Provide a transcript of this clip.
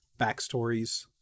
backstories